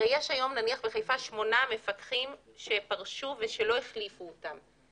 הרי יש היום נניח בחיפה שמונה מפקחים שפרשו ושלא החליפו אותם.